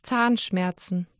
Zahnschmerzen